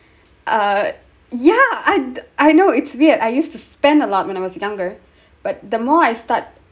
uh yeah I I know it's weird I used to spend a lot when I was younger but the more I start